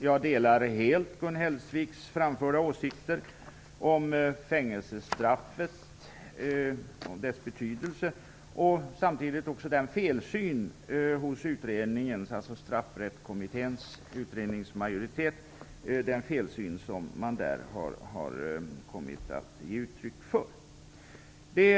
Jag delar helt Gun Hellsviks där framförda åsikter om fängelsestraffet och dess betydelse och också om den felsyn som Straffsystemkommitténs majoritet har kommit att ge uttryck för.